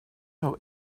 owe